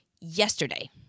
yesterday